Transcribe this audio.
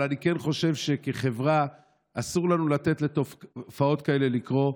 אבל אני כן חושב שכחברה אסור לנו לתת לתופעות כאלה לקרות.